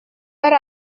hari